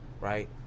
right